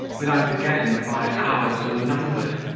but i am forgetting that my hours are numbered,